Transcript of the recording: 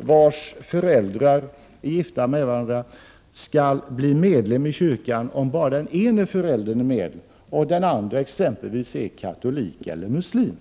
vars föräldrar är gifta med varandra skall bli medlem i kyrkan om bara den ena föräldern är med och den andra exempelvis är katolik eller muslim.